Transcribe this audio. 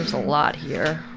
a lot here!